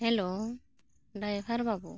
hello driver ᱵᱟ ᱵᱩ